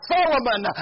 Solomon